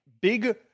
big